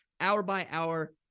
hour-by-hour